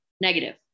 negative